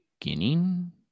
beginning